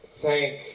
thank